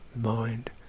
mind